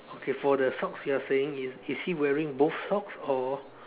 okay for the socks you are saying is he wearing both socks or